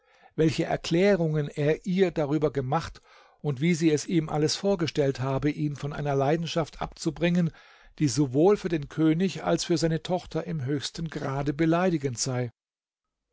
welche erklärungen er ihr darüber gemacht und wie sie ihm alles vorgestellt habe ihn von einer leidenschaft abzubringen die sowohl für den könig als für seine tochter im höchsten grade beleidigend sei